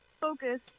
focus